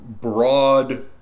broad